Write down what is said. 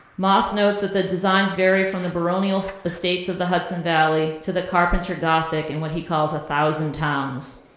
moss notes that the designs vary from the baronial estates of the hudson valley to the carpenter gothic in what he calls a thousand times.